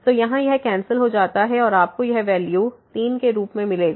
तो यहाँ यह कैंसिल हो जाता है और आपको यह वैल्यू 3 के रूप में मिलेगा